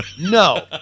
No